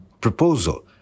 proposal